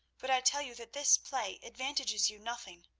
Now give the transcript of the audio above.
but i tell you that this play advantages you nothing.